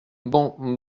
bon